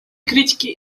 критики